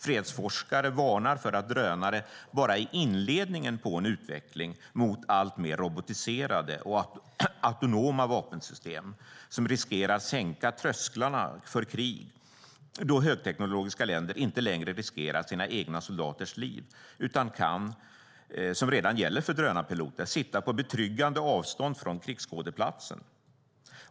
Fredsforskare varnar för att drönare bara är inledningen på en utveckling mot alltmer robotiserade och autonoma vapensystem som riskerar att sänka trösklarna för krig eftersom högteknologiska länder inte längre riskerar sina egna soldaters liv utan kan, vilket redan gäller för drönarpiloter, sitta på betryggande avstånd från krigsskådeplatsen.